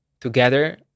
together